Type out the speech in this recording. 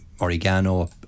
oregano